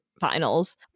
finals